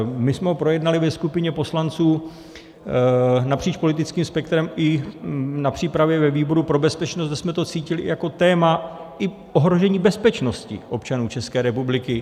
My jsme ho projednali ve skupině poslanců napříč politickým spektrem i na přípravě ve výboru pro bezpečnost, kdy jsme to cítili i jako téma ohrožení bezpečnosti občanů České republiky.